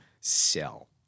sell